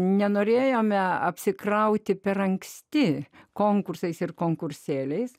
nenorėjome apsikrauti per anksti konkursais ir konkursėliais